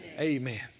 Amen